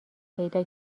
پیدا